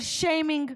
של שיימינג,